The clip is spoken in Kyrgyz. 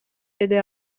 деди